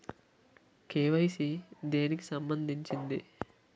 KYC దేనికి సంబందించింది?